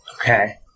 okay